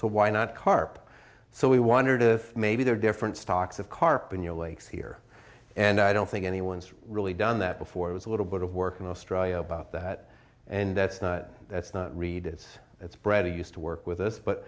so why not carp so we wondered if maybe there are different stocks of carp in your lakes here and i don't think anyone's really done that before i was a little bit of work in australia about that and that's not that's not read that's bred to used to work with us but